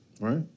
right